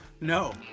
No